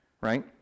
right